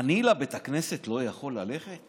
אני, לבית הכנסת לא יכול ללכת?